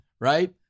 right